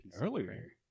Earlier